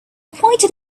pointed